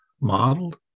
modeled